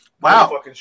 Wow